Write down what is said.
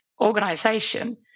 organization